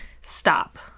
stop